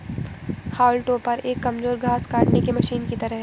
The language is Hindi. हाउल टॉपर एक कमजोर घास काटने की मशीन की तरह है